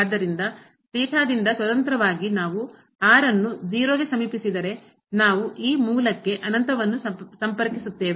ಆದ್ದರಿಂದ ಥೀಟಾ ದಿಂದ ಸ್ವತಂತ್ರವಾಗಿ ನಾವು r ನ್ನು 0 ಗೆ ಸಮೀಪಿಸಿದರೆ ನಾವು ಈ ಮೂಲಕ್ಕೆ ಅನಂತವನ್ನು ಸಂಪರ್ಕಿಸುತ್ತೇವೆ